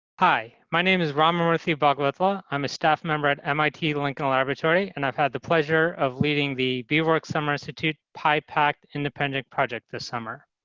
hi. my name is ramamurthy bhagavatula. i'm a staff member at mit lincoln laboratory, and i've had the pleasure of leading the beaver works summer institute pipact independent project this summer.